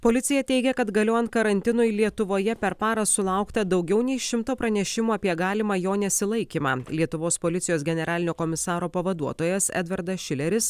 policija teigė kad galiojant karantinui lietuvoje per parą sulaukta daugiau nei šimto pranešimų apie galimą jo nesilaikymą lietuvos policijos generalinio komisaro pavaduotojas edvardas šileris